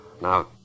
Now